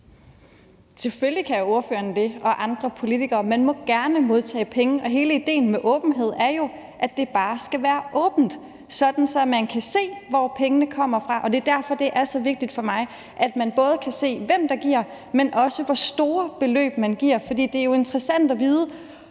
Selvfølgelig kan spørgeren og andre politikere det. Man må gerne modtage penge, og hele idéen med åbenhed er jo, at det bare skal være åbent, sådan at man kan se, hvor pengene kommer fra. Og det er derfor, det er så vigtigt for mig, at man både kan se, hvem der giver, men også hvor store beløb, man giver. For det er jo interessant at vide,